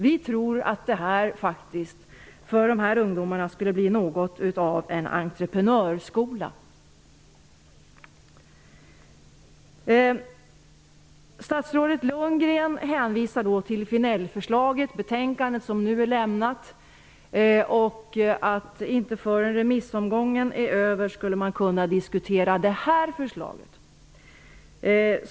Vi tror faktiskt att detta för de här ungdomarna skulle bli något av en entreprenörskola. Statsrådet Bo Lundgren hänvisar till Vinellförslaget, till det betänkande som har avlämnats och till att man inte förrän remissomgången är över kan diskutera det här förslaget.